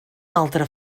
altra